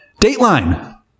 Dateline